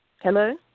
Hello